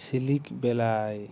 সিলিক বেলায়